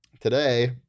today